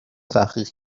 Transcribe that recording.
تحقیق